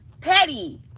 petty